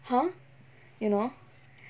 !huh! you know